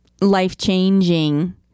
life-changing